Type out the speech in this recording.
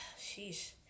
Sheesh